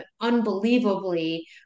unbelievably